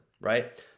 right